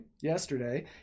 yesterday